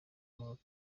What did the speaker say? muri